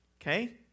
Okay